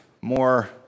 more